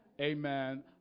Amen